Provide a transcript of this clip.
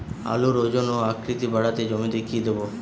আলুর ওজন ও আকৃতি বাড়াতে জমিতে কি দেবো?